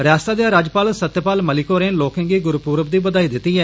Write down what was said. रियासत दे राज्यपाल सत्यपाल मलिक होरें लोकें गी गुरुपूर्व दी बधाई दिती ऐ